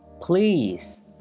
Please